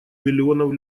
миллионов